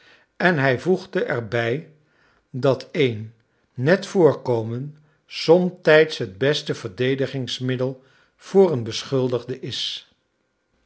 en hij voegde er bij dat een net voorkomen somtijds het beste verdedigingsmiddel voor een beschuldigde is